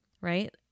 right